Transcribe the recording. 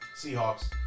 Seahawks